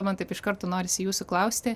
man taip iš karto norisi jūsų klausti